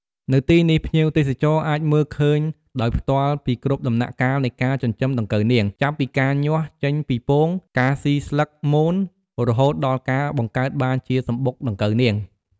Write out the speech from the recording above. នៅទីនេះ ភ្ញៀវទេសចរអាចមើលឃើញដោយផ្ទាល់ពីគ្រប់ដំណាក់កាលនៃការចិញ្ចឹមដង្កូវនាង ចាប់ពីការញាស់ចេញពីពង ការស៊ីស្លឹកមនរហូតដល់ការបង្កើតបានជាសំបុកដង្កូវនាង ។